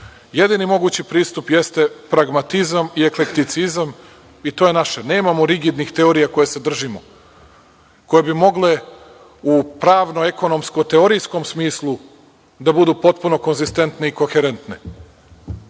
naša. Jedini mogući pristup jeste pragmatizam i eklekticizam i to je naše. Nemamo rigidnih teorija kojih se držimo, koje bi mogle u pravno, ekonomsko, teorijskom smislu da budu potpuno konzistentne i koherentne. Dakle,